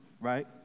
right